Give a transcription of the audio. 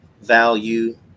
value